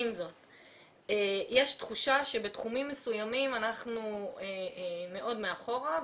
יש תחושה שבתחומים מסוימים אנחנו מאוד מאחורה,